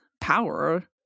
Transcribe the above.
power